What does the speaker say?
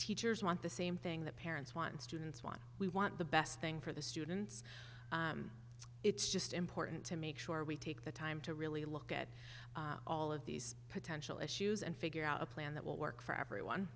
teachers want the same thing that parents want students want we want the best thing for the students it's just important to make sure we take the time to really look at all of these potential issues and figure out a plan that will work for everyone